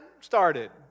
started